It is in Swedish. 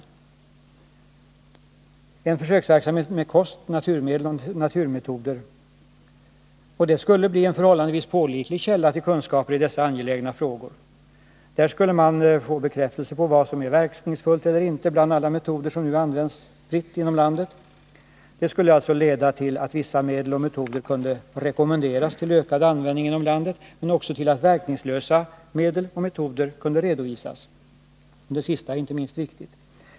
En sådan försöksverksamhet avseende kost, naturmedel och naturmetoder skulle kunna bli en förhållandevis pålitlig källa till kunskaper i dessa angelägna frågor. Där skulle man kunna få bekräftelse på vad som är verkningsfullt eller inte bland alla de metoder som nu används fritt inom landet. Det skulle också kunna leda till att vissa medel och metoder kunde rekommenderas till ökad användning men även till att verkningslösa medel och metoder skulle uppmärksammas — det sista är inte minst viktigt.